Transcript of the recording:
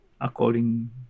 according